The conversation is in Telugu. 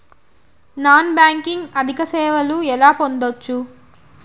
నాన్ బ్యాంకింగ్ ఆర్థిక సేవలు ఎలా పొందొచ్చు?